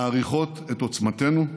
מעריכות את עוצמתנו,